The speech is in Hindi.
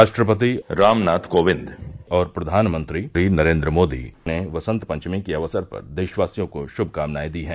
राष्ट्रपति रामनाथ कोविन्द और प्रधानमंत्री नरेन्द्र मोदी ने वसंत पंचमी के अवसर पर देशवासियों को शमकामनाएं दी हैं